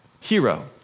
hero